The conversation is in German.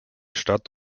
stadt